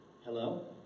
Hello